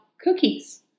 cookies